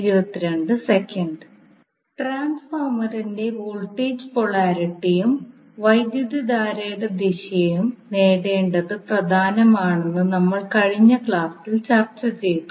ട്രാൻസ്ഫോർമറിൻറെ voltage പൊളാരിറ്റിയും വൈദ്യുതധാരയുടെ ദിശയും നേടേണ്ടത് പ്രധാനമാണെന്ന് നമ്മൾ കഴിഞ്ഞ ക്ലാസ്സിൽ ചർച്ച ചെയ്തു